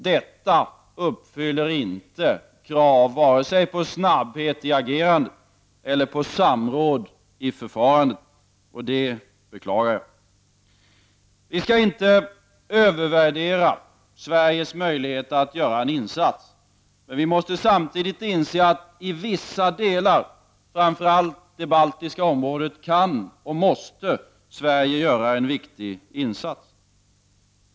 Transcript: Detta uppfyller inte kravet på vare sig snabbhet i agerandet eller samråd i förfarandet. Det beklagar jag. Vi skall inte övervärdera Sveriges möjligheter att göra en insats. Samtidigt måste vi dock inse att i vissa delar, framför allt när det gäller det baltiska området, kan och måste Sverige göra en viktig insats.